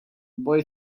boy